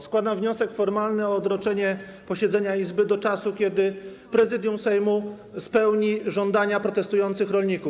Składam wniosek formalny o odroczenie posiedzenia Izby do czasu, kiedy Prezydium Sejmu spełni żądania protestujących rolników.